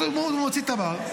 הוא מוציא תב"ר,